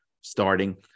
starting